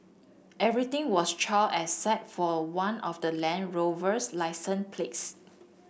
everything was charred except for one of the Land Rover's licence plates